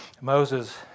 Moses